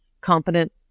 competent